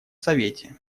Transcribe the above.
совете